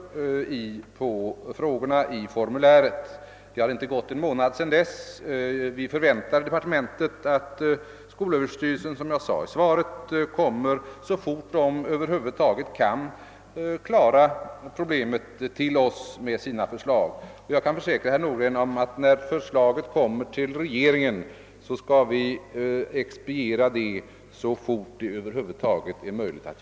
Såsom jag framhöll i svaret, förväntar vi nu inom departementet att skolöverstyrelsen, så snart den över huvud taget kan klara saken, lämnar oss sina förslag. Jag kan försäkra herr Nordgren att ärendet sedan kommer att behandlas inom regeringen så snabbt som det någonsin är möjligt.